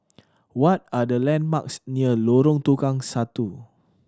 what are the landmarks near Lorong Tukang Satu